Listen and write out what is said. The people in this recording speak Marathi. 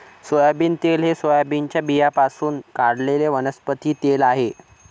सोयाबीन तेल हे सोयाबीनच्या बियाण्यांपासून काढलेले वनस्पती तेल आहे